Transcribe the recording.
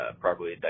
properly